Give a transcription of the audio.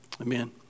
amen